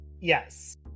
yes